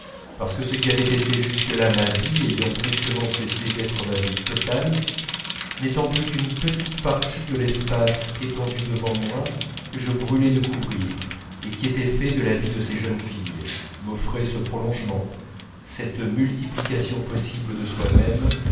parce que ce qui avait été jusque-là ma vie ayant brusquement cessé d'être ma vie totale n'étant plus qu'une petite partie de l'espace étendu devant moi que je brûlais de couvrir et qui était fait de la vie de ces jeunes filles m'offrait ce prolongement cette multiplication possible de soi-même